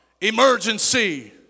emergency